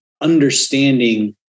understanding